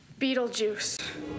Beetlejuice